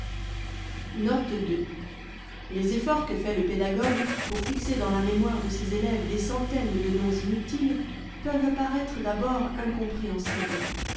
note les efforts que fait le pédagogue pour fixer dans la mémoire de ses élèves des centaines de noms inutiles peuvent paraître d'abord incompréhensibles